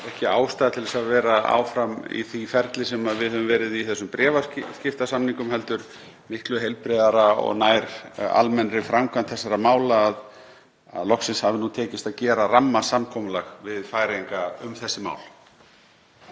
ekki ástæða til þess að vera áfram í því ferli sem við höfum verið í, í þessum bréfaskiptasamningum, heldur er það miklu heilbrigðara og nær almennri framkvæmd þessara mála að loksins hafi tekist að gera rammasamkomulag við Færeyinga um þessi mál.